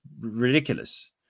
ridiculous